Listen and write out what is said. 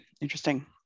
Interesting